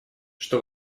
что